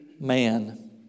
man